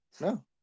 No